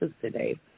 today